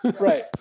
Right